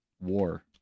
war